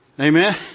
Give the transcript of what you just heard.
Amen